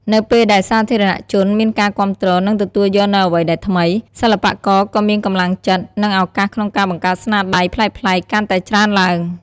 នៅពេលដែលសាធារណជនមានការគាំទ្រ និងទទួលយកនូវអ្វីដែលថ្មី សិល្បករក៏មានកម្លាំងចិត្ត និងឱកាសក្នុងការបង្កើតស្នាដៃប្លែកៗកាន់តែច្រើនឡើង។